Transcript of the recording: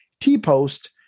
T-post